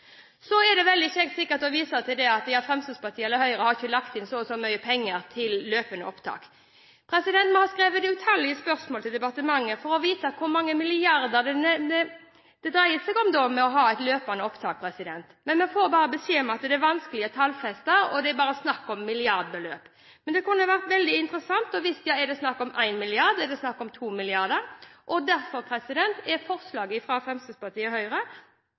Så er det veldig kjekt å vise til at Fremskrittspartiet eller Høyre har ikke lagt inn så mye penger til løpende opptak. Vi har skrevet uttallige spørsmål til departementet for å få vite hvor mange milliarder det dreier seg om ved å ha et løpende opptak. Men vi får bare beskjed om at det er vanskelig å tallfeste det, og at det er snakk om milliardbeløp. Det kunne vært veldig interessant å få vite: Er det snakk om 1 mrd. kr, er det snakk om 2 mrd. kr? Derfor er forslaget fra Fremskrittspartiet, Høyre